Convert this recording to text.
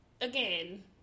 Again